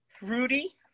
rudy